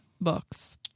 books